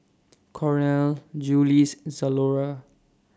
Cornell Julies Zalora